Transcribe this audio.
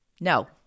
No